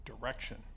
direction